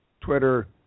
Twitter